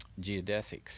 geodesics